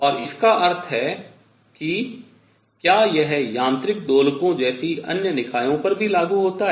और इसका अर्थ है कि क्या यह यांत्रिक दोलकों जैसी अन्य निकायों पर लागू होता है